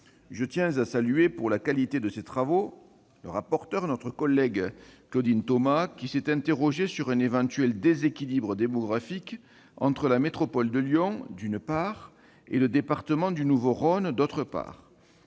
Je tiens à saluer, pour la qualité de ses travaux, la rapporteure, notre collègue Claudine Thomas, qui s'est interrogée sur un éventuel déséquilibre démographique entre la métropole de Lyon, d'une part, et le département du Nouveau-Rhône, d'autre part.